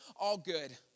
all-good